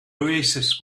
oasis